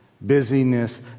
Busyness